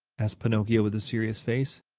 asked pinocchio with a serious face.